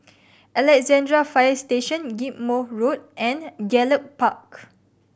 Alexandra Fire Station Ghim Moh Road and Gallop Park